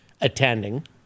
attending